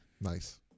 nice